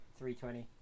320